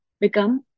become